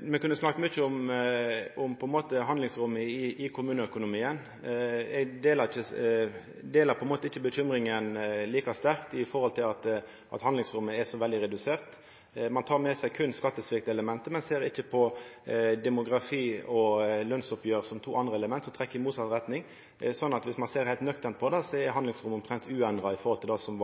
Me kunne ha snakka mykje om handlingsrommet i kommuneøkonomien. Eg delar ikkje like sterkt bekymringa for at handlingsrommet er så veldig redusert. Ein tek med seg berre skattesviktelementet, men ser ikkje på demografi og lønsoppgjer som to andre element som trekkjer i motsett retning, slik at dersom ein ser heilt nøkternt på det, er handlingsrommet omtrent uendra i forhold til det som